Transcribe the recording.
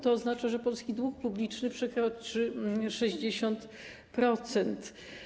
To oznacza, że polski dług publiczny przekroczy 60%.